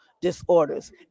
disorders